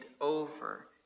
over